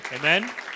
amen